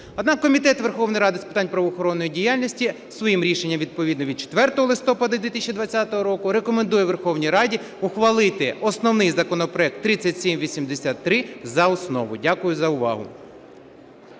Однак Комітет Верховної Ради з питань правоохоронної діяльності своїм рішенням відповідно від 4 листопада 2020 року рекомендує Верховній Раді ухвалити основний законопроект 3783 за основу. Дякую за увагу.